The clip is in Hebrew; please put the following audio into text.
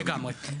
לגמרי.